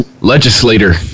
Legislator